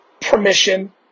permission